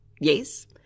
yes